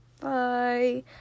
Bye